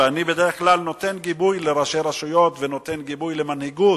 אני בדרך כלל נותן גיבוי לראשי רשויות ונותן גיבוי למנהיגות,